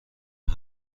بهت